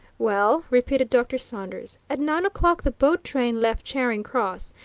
well, repeated dr. saunders, at nine o'clock the boat train left charing cross,